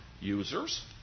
users